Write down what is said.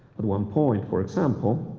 at one point, for example,